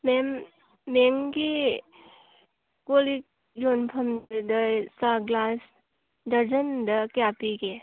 ꯃꯦꯝ ꯃꯦꯝꯒꯤ ꯀꯣꯜ ꯂꯤꯛ ꯌꯣꯟꯐꯝꯗ ꯆꯥ ꯒ꯭ꯂꯥꯁ ꯗꯔꯖꯟꯗ ꯀꯌꯥ ꯄꯤꯒꯦ